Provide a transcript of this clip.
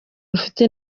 rufite